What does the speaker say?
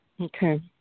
Okay